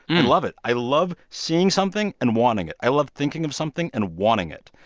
and love it. i love seeing something and wanting it. i love thinking of something and wanting it,